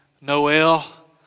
Noel